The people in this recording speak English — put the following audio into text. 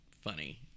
funny